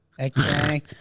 Okay